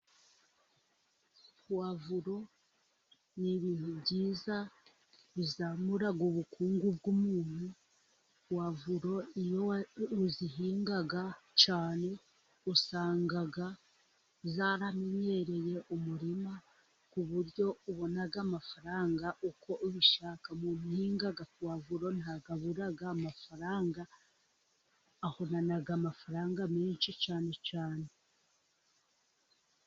Puwavuro ni ibintu byiza bizamura ubukungu bw'umuntu. Puwavuro iyo uzihinga cyane usanga zaramenyereye umurima ku buryo ubona amafaranga uko ubishaka. Umuntu uhinga puwavuro ntabwo abura amafaranga, ahorana amafaranga menshi cyane cyane.